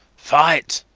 fight.